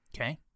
Okay